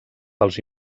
pels